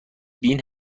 بین